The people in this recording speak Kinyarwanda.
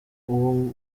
uwo